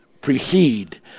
precede